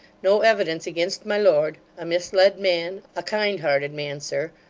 no evidence against my lord a misled man a kind-hearted man, sir.